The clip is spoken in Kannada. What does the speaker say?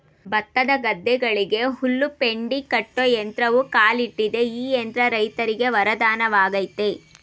ಭತ್ತದ ಗದ್ದೆಗಳಿಗೆ ಹುಲ್ಲು ಪೆಂಡಿ ಕಟ್ಟೋ ಯಂತ್ರವೂ ಕಾಲಿಟ್ಟಿದೆ ಈ ಯಂತ್ರ ರೈತರಿಗೆ ವರದಾನವಾಗಯ್ತೆ